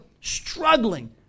struggling